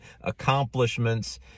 accomplishments